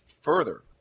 further